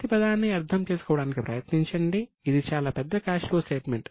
ప్రతి పదాన్ని అర్థం చేసుకోవడానికి ప్రయత్నించండి ఇది చాలా పెద్ద క్యాష్ ఫ్లో స్టేట్మెంట్